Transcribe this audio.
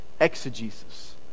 exegesis